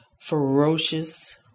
ferocious